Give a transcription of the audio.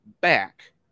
back